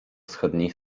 wschodniej